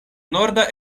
norda